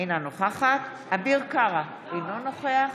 אינה נוכחת אביר קארה, אינו נוכח